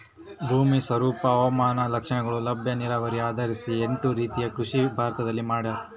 ಭೂಮಿ ಸ್ವರೂಪ ಹವಾಮಾನ ಲಕ್ಷಣಗಳು ಲಭ್ಯ ನೀರಾವರಿ ಆಧರಿಸಿ ಎಂಟು ರೀತಿಯ ಕೃಷಿ ಭಾರತದಲ್ಲಿ ಮಾಡ್ತಾರ